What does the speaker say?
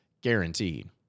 guaranteed